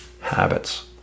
habits